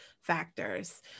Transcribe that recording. factors